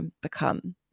become